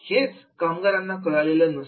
हेच कामगारांना कळलेलं नसतं